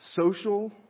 Social